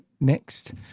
next